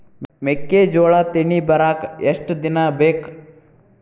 ಮೆಕ್ಕೆಜೋಳಾ ತೆನಿ ಬರಾಕ್ ಎಷ್ಟ ದಿನ ಬೇಕ್?